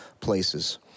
places